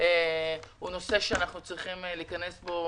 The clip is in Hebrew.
הוא נושא שאנחנו צריכים להיכנס אתו